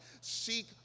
seek